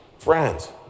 Friends